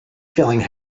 feeling